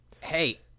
Hey